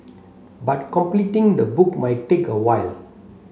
but completing the book might take a while